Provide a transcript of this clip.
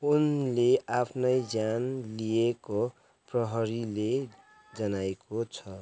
उनले आफ्नै ज्यान लिएको प्रहरीले जनाएको छ